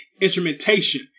instrumentation